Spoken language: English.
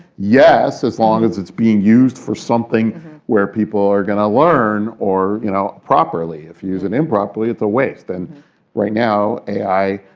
yes, as long as it's being used for something where people are going to learn or you know properly. if you use it and improperly, it's a waste. and right now, ai,